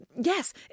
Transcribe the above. Yes